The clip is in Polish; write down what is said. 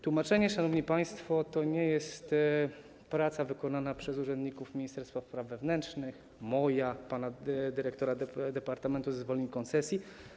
Tłumaczenie, szanowni państwo, to nie jest praca wykonana przez urzędników Ministerstwa Spraw Wewnętrznych, moja, pana dyrektora Departamentu Zezwoleń i Koncesji.